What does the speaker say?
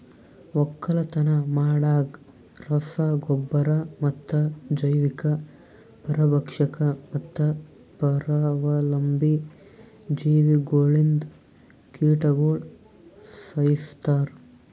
ಒಕ್ಕಲತನ ಮಾಡಾಗ್ ರಸ ಗೊಬ್ಬರ ಮತ್ತ ಜೈವಿಕ, ಪರಭಕ್ಷಕ ಮತ್ತ ಪರಾವಲಂಬಿ ಜೀವಿಗೊಳ್ಲಿಂದ್ ಕೀಟಗೊಳ್ ಸೈಸ್ತಾರ್